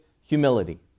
humility